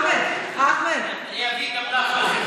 אחמד, אחמד, אני אביא גם לך אוכל.